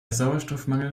sauerstoffmangel